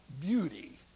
beauty